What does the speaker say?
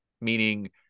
Meaning